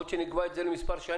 יכול להיות שנקבע את זה למספר שנים,